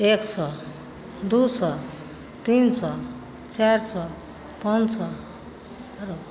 एक सए दू सए तीन सए चारि सए पाॅंच सए आरो